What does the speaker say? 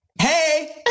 Hey